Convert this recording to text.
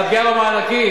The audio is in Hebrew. על הפגיעה במענקים?